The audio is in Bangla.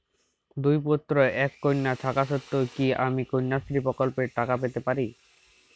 দুই পুত্র এক কন্যা থাকা সত্ত্বেও কি আমি কন্যাশ্রী প্রকল্পে টাকা পেতে পারি?